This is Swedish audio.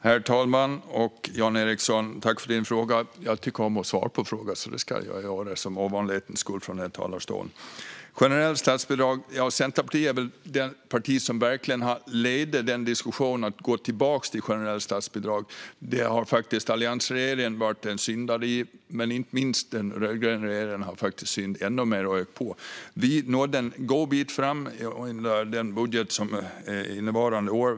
Herr talman! Jag tackar för din fråga, Jan Ericson. Jag tycker om att svara på frågor, och därför ska jag för ovanlighetens göra det från denna talarstol. När det gäller generella statsbidrag är nog Centerpartiet det parti som verkligen har lett diskussionen om att gå tillbaka till generella statsbidrag. Där har faktiskt alliansregeringen varit en syndare, men den rödgröna regeringen har faktiskt syndat ännu mer. Vi nådde en god bit fram i budgeten för innevarande år.